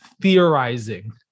theorizing